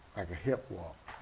like a hip walk,